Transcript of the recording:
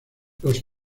los